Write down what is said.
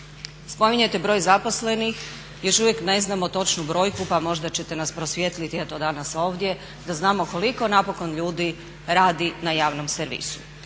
Spominjete broj zaposlenih, još uvijek ne znamo točnu brojku pa možda ćete nas prosvijetliti eto danas ovdje da znamo koliko napokon ljudi radi na javnom servisu.